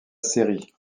série